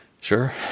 Sure